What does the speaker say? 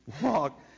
walk